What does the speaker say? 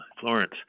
Florence